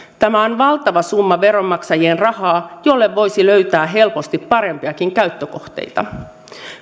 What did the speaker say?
tämä on valtava summa veronmaksajien rahaa jolle voisi löytää helposti parempiakin käyttökohteita